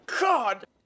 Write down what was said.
God